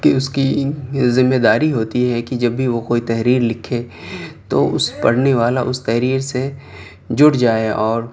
کہ اس کی ذِمّہ داری ہوتی ہے کہ جب بھی وہ کوئی تحریر لکھے تو اس پڑھنے والا اس تحریر سے جڑ جائے اور